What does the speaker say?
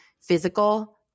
physical